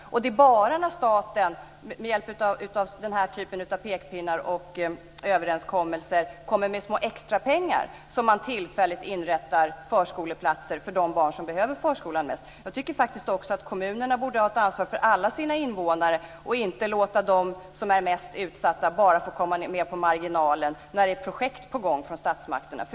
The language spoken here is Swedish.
Det är bara när staten, med hjälp av den här typen av pekpinnar och överenskommelser, kommer med små extrapengar som man tillfälligt inrättar förskoleplatser för de barn som behöver förskolan mest. Jag tycker att kommunerna borde ha ett ansvar för alla sina invånare och inte låta dem som är mest utsatta bara få komma med på marginalen när det är projekt på gång från statsmakterna.